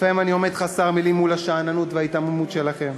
לפעמים אני עומד חסר מילים מול השאננות וההיתממות שלכם.